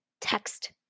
text